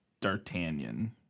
D'Artagnan